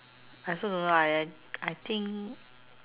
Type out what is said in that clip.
I also don't know lah I think